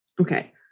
Okay